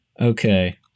Okay